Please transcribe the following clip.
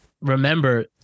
remember